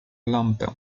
lampę